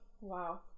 wow